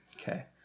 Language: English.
Okay